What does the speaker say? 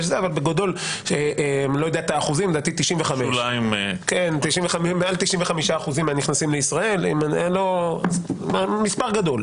אבל לדעתי מעל 95% מהנכנסים לישראל הם מנתב"ג.